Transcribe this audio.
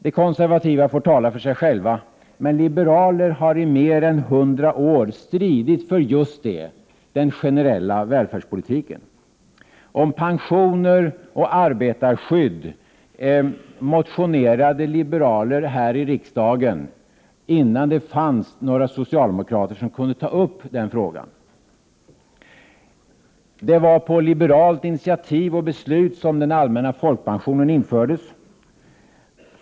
De konservativa får tala för sig själva, men liberaler har i mer än 100 år stridit just för den generella välfärdspolitiken. Om pensioner och arbetarskydd motionerade liberaler här i riksdagen, innan det fanns några socialdemokrater som kunde ta upp dessa frågor. Det var på liberalt initiativ och beslut som den allmänna folkpensionen infördes.